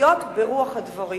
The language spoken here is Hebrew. לחיות ברוח הדברים.